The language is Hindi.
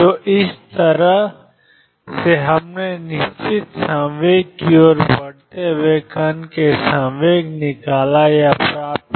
तो इस तरह से हमने निश्चित संवेग की ओर बढ़ते हुए कण से संवेग निकाला या प्राप्त किया